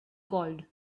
called